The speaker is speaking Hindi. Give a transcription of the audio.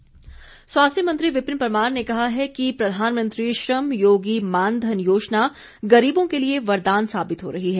परमार स्वास्थ्य मंत्री विपिन परमार ने कहा है कि प्रधानमंत्री श्रम योगी मानधन योजना गरीबों के लिए वरदान साबित हो रही है